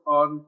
on